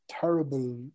terrible